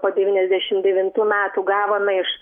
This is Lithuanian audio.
po devyniasdešim devintų metų gavome iš